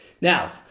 Now